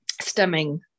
stemming